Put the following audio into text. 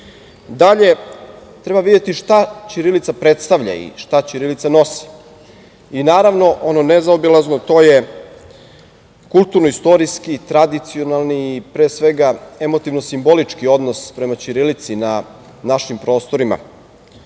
treba videti šta ćirilica predstavlja i šta ćirilica nosi. Naravno, ono nezaobilazno, to je kulturno-istorijski, tradicionalni i pre svega emotivno simbolički odnos prema ćirilici na našim prostorima.